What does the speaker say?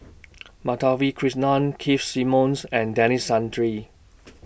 Madhavi Krishnan Keith Simmons and Denis Santry